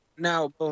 Now